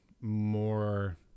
more